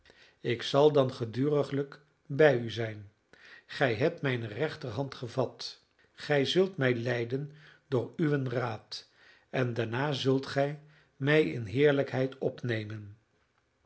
ik zal dan geduriglijk bij u zijn gij hebt mijne rechterhand gevat gij zult mij leiden door uwen raad en daarna zult gij mij in heerlijkheid opnemen